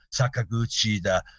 sakaguchi